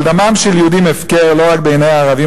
אבל דמם של יהודים הפקר לא רק בעיני הערבים